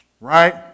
Right